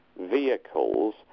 vehicles